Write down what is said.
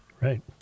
Right